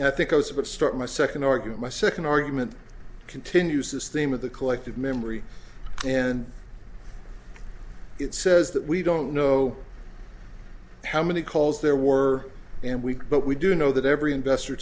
and i think i was about to start my second argument my second argument continues this theme of the collective memory and it says that we don't know how many calls there were and weak but we do know that every investor